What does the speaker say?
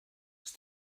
ist